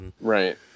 Right